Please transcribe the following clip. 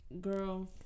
Girl